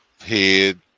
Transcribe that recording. head